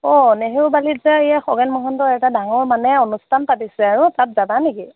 অ নেহেৰু বালিত যে খগেন মহন্তই এটা ডাঙৰ মানে অনুষ্ঠান পাতিছে আৰু তাত যাবা নেকি